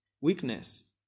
weakness